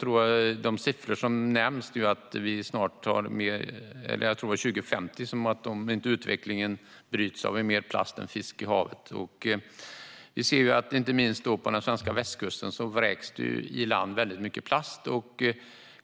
Om inte utvecklingen bryts har vi mer plast än fisk i haven 2050. På den svenska västkusten spolas det i land väldigt mycket plast.